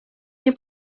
nie